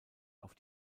auf